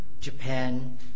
Japan